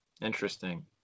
Interesting